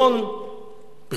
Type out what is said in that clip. בריאות,